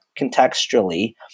contextually